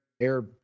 air